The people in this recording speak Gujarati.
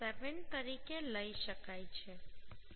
7 તરીકે લઈ શકાય છે